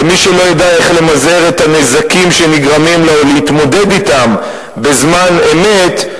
ומי שלא ידע איך למזער את הנזקים שנגרמים לה או להתמודד אתם בזמן אמת,